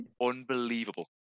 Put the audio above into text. unbelievable